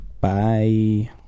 Bye